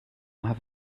have